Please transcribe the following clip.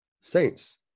saints